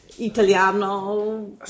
Italiano